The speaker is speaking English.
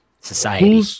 Society